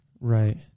Right